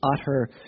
utter